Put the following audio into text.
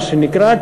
מה שנקרא,